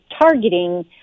targeting